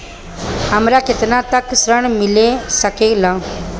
हमरा केतना तक ऋण मिल सके ला?